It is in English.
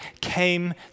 came